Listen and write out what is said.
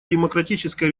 демократической